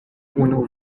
unu